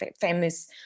famous